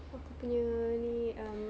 aku punya ni um